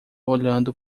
olhando